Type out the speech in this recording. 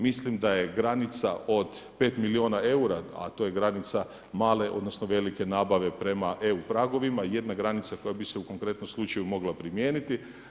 Mislim da je granica od 5 milijuna eura, a to je granica male odnosno velike nabave prema EU pragovima jedna granica koja bi se u konkretnom slučaju mogla primijeniti.